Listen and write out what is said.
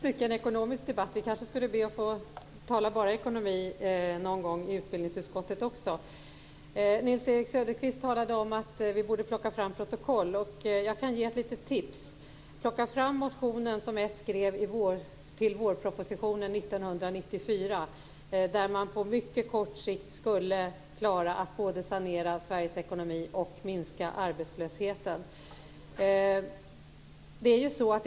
Fru talman! Det här blir mycket en ekonomisk debatt. Vi skulle kanske tala bara ekonomi någon gång också i utbildningsutskottet. Nils-Erik Söderqvist talade om att man borde plocka fram protokoll. Jag kan ge ett litet tips. Plocka fram motionen som socialdemokraterna väckte till vårpropositionen 1994, där man på mycket kort sikt skulle klara att både sanera Sveriges ekonomi och minska arbetslösheten!